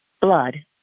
blood